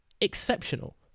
exceptional